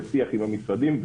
בשיח עם המשרדים.